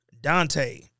Dante